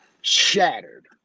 shattered